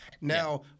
Now